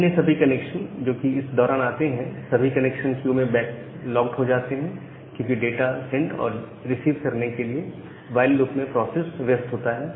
अन्य सभी कनेक्शन जो कि इस दौरान आते हैं सभी कनेक्शन क्यू में बैकलॉग हो जाते हैं क्योंकि डाटा सेंड और रिसीव करने के लिए व्हाईल लूप में प्रोसेस व्यस्त होता है